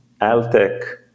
Altec